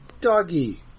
doggy